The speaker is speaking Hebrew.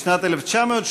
בשנת 1977